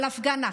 על הפגנה.